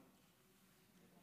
אדוני?